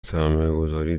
سرمایهگذاری